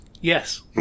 Yes